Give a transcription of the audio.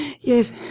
Yes